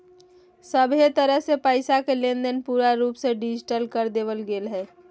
सभहे तरह से पैसा के लेनदेन पूरा रूप से डिजिटल कर देवल गेलय हें